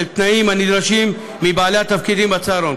התנאים הנדרשים מבעלי התפקידים בצהרון.